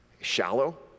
shallow